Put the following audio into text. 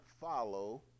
follow